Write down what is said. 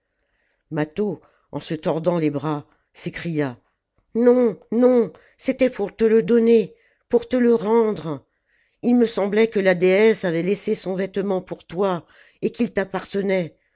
mâtho en se tordant les bras s'écria non non c'était pour te le donner pour te le rendre ii me semblait que la déesse avait laissé son vêtement pour toi et qu'il t'appartenait